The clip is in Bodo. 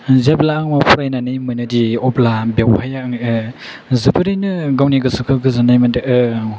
जेब्ला आङो फरायनानै मोनोदि अब्ला बेयावहाय जोबोरैनो गावनि गोसोखौ गोजोननाय मोनदों